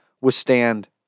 withstand